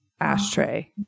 Ashtray